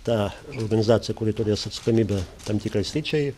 ta organizacija kuri turės atsakomybę tam tikrai sričiai